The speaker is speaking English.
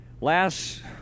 last